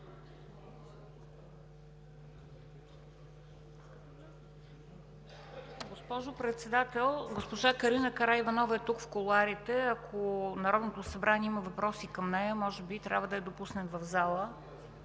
Госпожо Председател, госпожа Карина Караиванова е тук, в кулоарите – ако Народното събрание има въпроси към нея, може би трябва да я допуснем в залата.